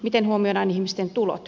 miten huomioidaan ihmisten tulot